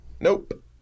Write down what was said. Nope